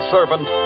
Servant